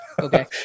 okay